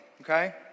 okay